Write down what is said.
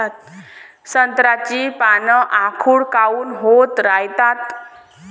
संत्र्याची पान आखूड काऊन होत रायतात?